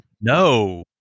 no